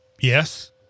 Yes